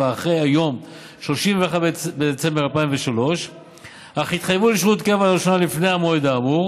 אחרי יום 31 בדצמבר 2003 אך התחייבו לשירות קבע לראשונה לפני המועד האמור